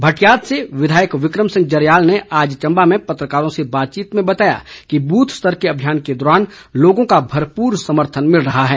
भटियात से विधायक विक्रम सिंह जरयाल ने आज चम्बा में पत्रकारों से बातचीत में बताया कि बूथ स्तर के अभियान के दौरान लोगों का भरपूर समर्थन मिल रहा है